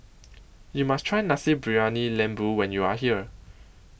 YOU must Try Nasi Briyani Lembu when YOU Are here